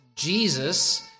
Jesus